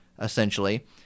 essentially